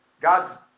God's